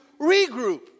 regroup